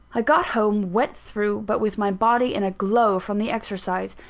i got home wet through but with my body in a glow from the exercise,